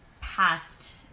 past